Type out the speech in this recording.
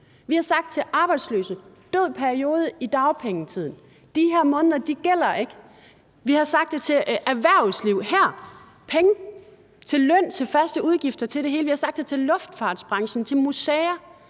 Vi har sagt til de arbejdsløse: Død periode i dagpengetiden – de her måneder gælder ikke. Vi har sagt til erhvervslivet: Her! Penge til løn, til faste udgifter, til det hele. Vi har sagt det til luftfartsbranchen og til museer,